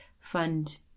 fund